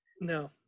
No